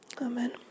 Amen